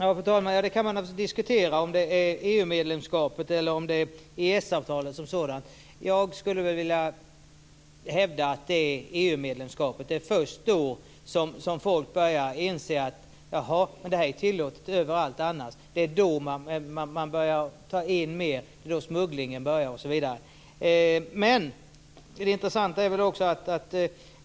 Fru talman! Man kan naturligtvis diskutera om problemen börjar med EU-medlemskapet eller EES avtalet. Jag skulle vilja hävda att det är EU medlemskapet. Det är först då som folk börjar inse vad som är tillåtet överallt annars, och det är då man börjar ta in mer, smugglingen börjar osv.